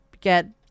get